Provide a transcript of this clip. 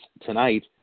tonight